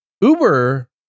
Uber